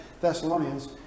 Thessalonians